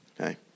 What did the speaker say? Okay